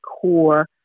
core